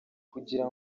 kugira